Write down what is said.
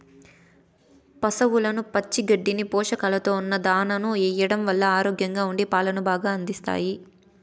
పసవులకు పచ్చి గడ్డిని, పోషకాలతో ఉన్న దానాను ఎయ్యడం వల్ల ఆరోగ్యంగా ఉండి పాలను బాగా అందిస్తాయి